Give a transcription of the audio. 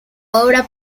obra